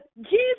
jesus